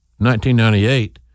1998